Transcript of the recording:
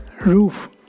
roof